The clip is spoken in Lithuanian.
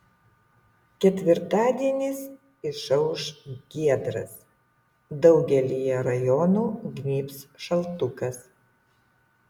ketvirtadienis išauš giedras daugelyje rajonų gnybs šaltukas